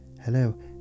Hello